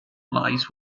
lies